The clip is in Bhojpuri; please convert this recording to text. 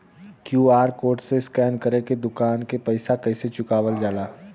क्यू.आर कोड से स्कैन कर के दुकान के पैसा कैसे चुकावल जाला?